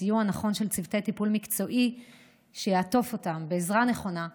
בסיוע נכון של צוותי טיפול מקצועי שיעטפו אותם בעזרה נכונה,